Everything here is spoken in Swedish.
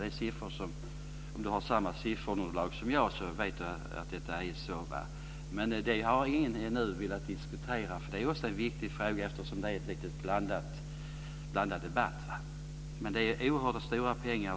Om Birgitta Carlsson har samma sifferunderlag som jag vet hon att det är så. Ingen har ännu velat diskutera det. Det är också en viktig fråga, eftersom det är en blandad debatt. Detta kräver oerhört stora pengar.